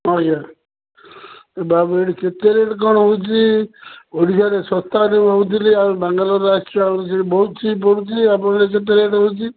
ଆଁ ଆଜ୍ଞା ବାବୁ ଏଠି କେତେ ରେଟ୍ କଣ ହଉଛି ଓଡ଼ିଶାରେ ଶସ୍ତାରେ ଭାବୁଥିଲି ଆଉ ବାଙ୍ଗାଲୋର ଆସିଲାବେଳୁ ସେଠି ବହୁତ ଚିପ ପଡ଼ୁଛି ଆପଣଙ୍କର କେତେ ରେଟ୍ ହଉଛି